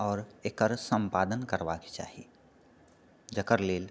आओर एकर सम्पादन करबाके चाही जेकर लेल